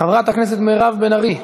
חברת הכנסת מירב בן ארי,